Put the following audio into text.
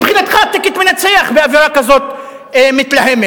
מבחינתך, "טיקט" מנצח באווירה כזאת מתלהמת: